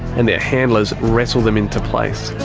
and their handlers wrestle them into place.